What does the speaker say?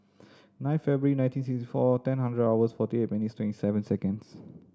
nine February nineteen sixty four ten hundred was forty eight minute twenty seven second